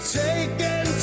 taken